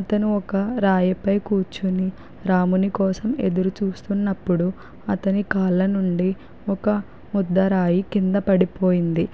అతను ఒక రాయిపై కూర్చొని రాముని కోసం ఎదురుచూస్తున్నప్పుడు అతని కాళ్ళ నుండి ఒక ముద్దరాయి కింద పడిపోయింది